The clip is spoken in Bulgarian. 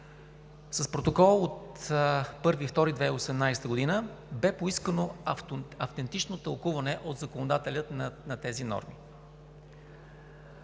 С протокола от 1 февруари 2018 г. бе поискано автентично тълкуване от законодателя на тези норми.